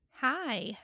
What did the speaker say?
Hi